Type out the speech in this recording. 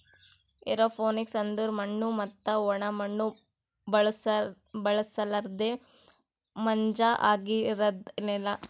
aeroponics ಅಂದುರ್ ಮಣ್ಣು ಮತ್ತ ಒಣ ಮಣ್ಣ ಬಳುಸಲರ್ದೆ ಮಂಜ ಆಗಿರದ್ ನೆಲ